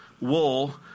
wool